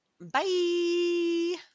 Bye